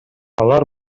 алар